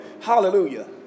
Hallelujah